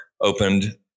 opened